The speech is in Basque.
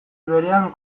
berean